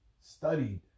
studied